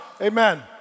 Amen